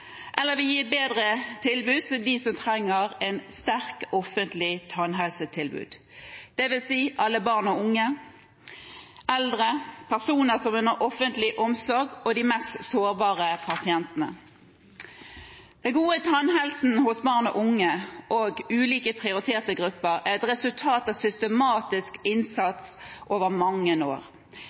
eller vil gi et bedre tilbud til dem som trenger et sterkt offentlig tannhelsetilbud, det vil si alle barn og unge, eldre, personer som er under offentlig omsorg og de mest sårbare pasientene. Den gode tannhelsen hos barn og unge og ulike prioriterte grupper er et resultat av systematisk innsats over mange år.